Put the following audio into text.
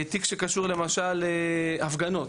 תיק שקשור למשל להפגנות,